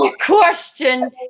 question